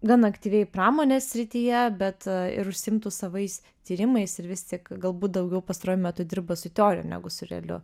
gan aktyviai pramonės srityje bet ir užsiimtų savais tyrimais ir vis tik galbūt daugiau pastaruoju metu dirba su teorijom negu su realiu